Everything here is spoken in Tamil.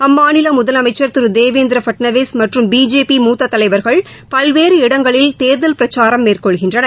அம்மாநிலமுதலமைச்சர் திருதேவேந்திரபட்நாவிஸ் மற்றும் பிஜேபி மூத்ததலைவர்கள் பல்வேறு இடங்களில் தேர்தல் பிரச்சாரம் மேற்கொள்கின்றனர்